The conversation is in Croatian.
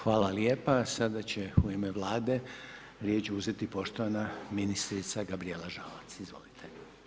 Hvala lijepa, sada će u ime Vlade riječ uzeti poštovana ministrica Gabrijela Žalac, izvolite.